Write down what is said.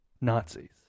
Nazis